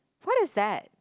what is that